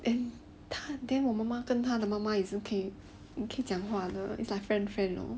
and 他 then 我妈妈跟他的妈妈 is 可以讲话的 is like friend friend you know